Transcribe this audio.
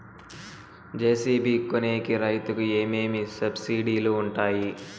JCB కొనేకి రైతుకు ఏమేమి సబ్సిడి లు వుంటాయి?